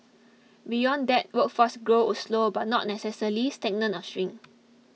beyond that workforce growth would slow but not necessarily stagnate or shrink